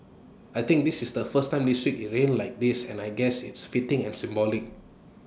I think this is the first time this week IT rained like this and I guess it's fitting and symbolic